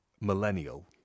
millennial